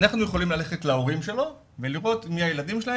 אנחנו יכולים ללכת להורים שלו ולראות מי הילדים שלהם